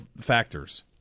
factors